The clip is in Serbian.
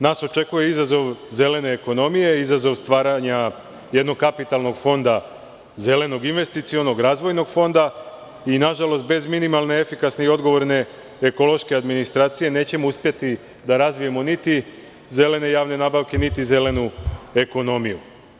Nas očekuje izazove zelene ekonomije i izazov stvaranja jednog kapitalnog fonda, zelenog investicionog, razvojnog fonda i nažalost bez minimalne, efikasne i odgovorne ekološke administracije, nećemo uspeti da razvijemo niti zelene javne nabavke niti zelenu ekonomiju.